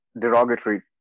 derogatory